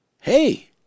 Hey